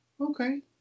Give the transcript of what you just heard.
okay